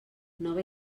nova